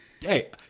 hey